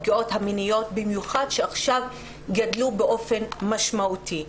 הפגיעות המיניות במיוחד כשעכשיו גדלו באופן משמעותי.